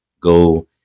go